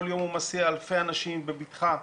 כל יום הוא מסיע אלפי אנשים בבטחה.